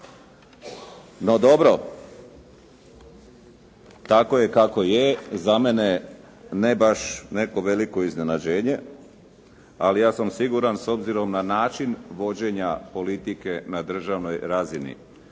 No dobro, tako je kako je, za mene ne baš neko veliko iznenađenje. Ali ja sam siguran s obzirom na način vođenja politike na državnoj razini